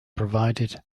provided